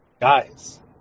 guys